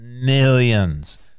Millions